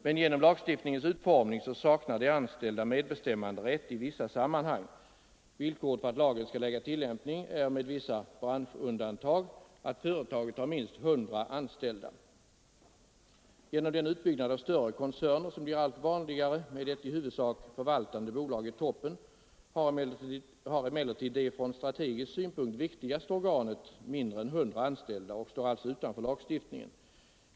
Men genom lagstiftningens utformning saknar de anställda medbestämmanderätt i vissa sammanhang. Villkoret för att lagen skall äga tillämpning är med vissa branschundantag att företaget har minst 100 anställda. Genom den uppbyggnad av större koncerner som blir allt vanligare — med ett i huvudsak förvaltande bolag i toppen — har emellertid det från strategisk synpunkt viktigaste organet mindre än 100 anställda och står alltså utanför lagstiftningen.